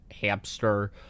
hamster